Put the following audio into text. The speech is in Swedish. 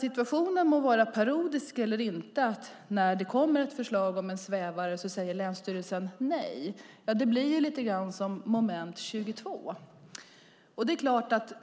Situationen må vara parodisk eller inte, när det kommer ett förslag om en svävare säger länsstyrelsen nej, men det blir lite grann som moment 22.